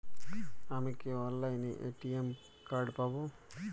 আমি কি অনলাইনে এ.টি.এম কার্ড পাব?